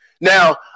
Now